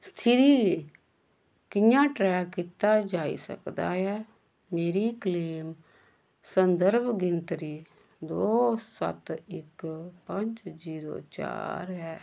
स्थिति गी कि'यां ट्रैक कीता जाई सकदा ऐ मेरी क्लेम संदर्भ गिनतरी दो सत्त इक पंज जीरो चार ऐ